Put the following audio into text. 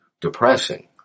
Depressing